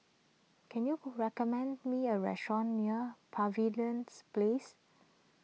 can you recommend me a restaurant near Pavilion Place